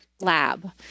Lab